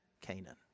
Canaan